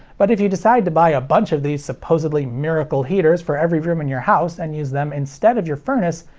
but if you decide to buy a bunch of these supposedly miracle heaters for every room in your house and use them instead of your furnace,